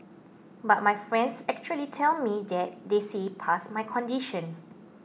but my friends actually tell me that they see past my condition